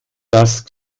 das